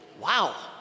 Wow